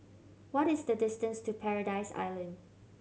what is the distance to Paradise Island